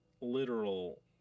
literal